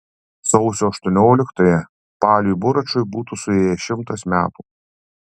sausio aštuonioliktąją baliui buračui būtų suėję šimtas metų